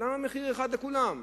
למה מחיר אחד לכולם?